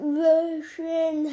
version